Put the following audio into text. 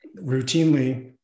routinely